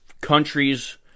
countries